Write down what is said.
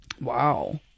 Wow